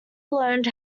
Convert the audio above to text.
learned